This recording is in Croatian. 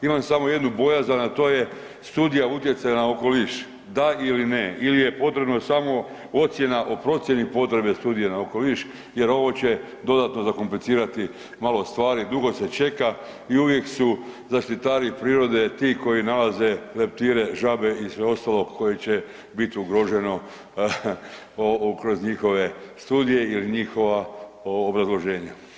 Imam samo jednu bojazan, a to je studija utjecaja na okoliš, da ili ne ili je potrebno samo ocjena o procjeni potrebe studije na okoliš jer ovo će dodatno zakomplicirati malo stvari, dugo se čeka i uvijek su zaštitari prirode ti koji nalaze leptire, žabe i sve ostalo koji će bit ugroženo kroz njihove studije ili njihova obrazloženja.